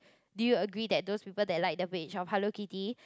do you agree that those people that like the page of Hello Kitty